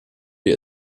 wir